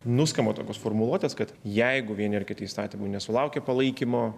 nuskamba tokios formuluotės kad jeigu vieni ar kiti įstatymai nesulaukia palaikymo